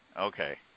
Okay